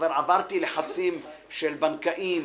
וכבר עברתי לחצים של בנקאים,